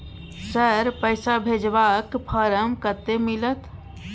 Sir, पैसा भेजबाक form कत्ते मिलत?